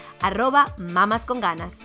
mamasconganas